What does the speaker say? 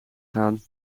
gaan